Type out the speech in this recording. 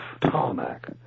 tarmac